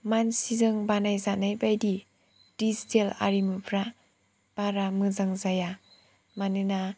मानसि जों बानायजानाय बायदि दिजिथेल आरिमुफ्रा बारा मोजां जाया मानोना